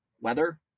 weather